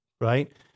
right